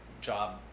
Job